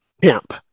pimp